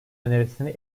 önerisini